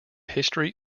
history